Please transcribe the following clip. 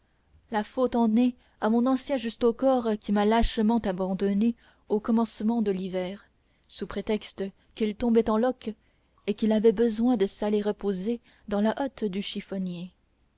la faute en est à mon ancien justaucorps qui m'a lâchement abandonné au commencement de l'hiver sous prétexte qu'il tombait en loques et qu'il avait besoin de s'aller reposer dans la hotte du chiffonnier